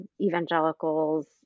evangelicals